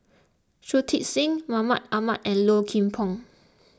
Shui Tit Sing Mahmud Ahmad and Low Kim Pong